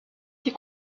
ses